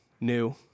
new